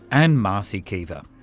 and marcie keever.